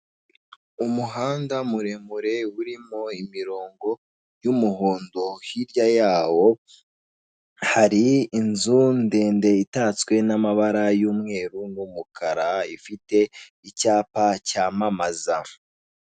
Umuhanda muremure urimo imirongo y'umuhondo hirya yawo hari inzu ndende itatswe n'amabara y'umweru n'umukara ifite icyapa cyamamaza.